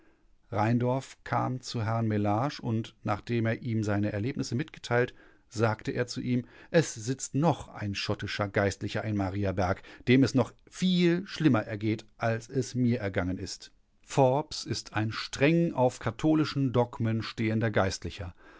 rheindorf kam zu herrn mellage und nachdem er ihm seine erlebnisse mitgeteilt sagte er zu ihm es sitzt noch ein schottischer geistlicher in mariaberg dem es noch viel schlimmer ergeht als es mir ergangen ist forbes ist ein streng auf katholischen dogmen stehender geistlicher